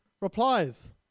replies